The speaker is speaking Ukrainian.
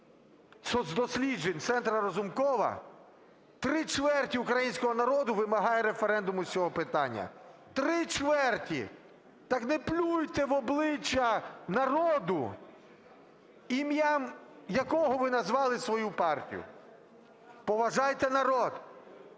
соцдосліджень Центра Разумкова, три чверті українського народу вимагають референдуму з цього питання, три чверті. Так не плюйте в обличчя народу, ім'ям якого ви назвали свою партію. Поважайте народ.